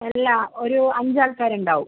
അല്ല ഒരു അഞ്ച് ആൾക്കാർ ഉണ്ടാവും